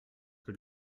que